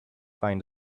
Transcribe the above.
find